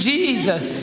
Jesus